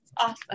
awesome